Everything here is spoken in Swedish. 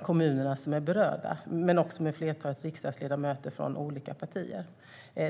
kommuner som är berörda och med ett flertal riksdagsledamöter från olika partier.